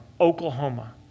Oklahoma